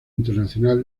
internacional